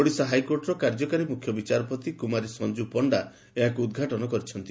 ଓଡ଼ିଶା ହାଇକୋର୍ଟର କାର୍ଯ୍ୟକାରୀ ମୁଖ୍ୟବିଚାରପତି କୁମାରୀ ସଞ୍ଞୁ ପଶ୍ତା ଏହାକୁ ଉଦ୍ଘାଟନ କରିଛନ୍ତି